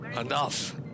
Enough